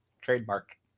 Trademark